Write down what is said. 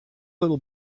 little